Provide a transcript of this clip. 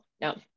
no